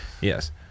yes